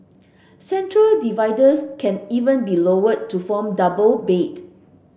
central dividers can even be lowered to form double bed